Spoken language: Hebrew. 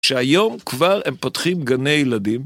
שהיום כבר הם פותחים גני ילדים.